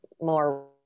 more